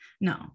no